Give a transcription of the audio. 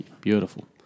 beautiful